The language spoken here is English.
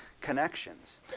connections